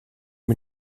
mit